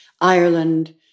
Ireland